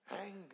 anger